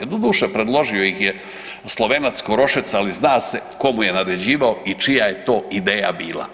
Doduše predložio ih je Slovenac KOrošec, ali zna se tko mu je naređivao i čija je to ideja bila.